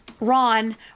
Ron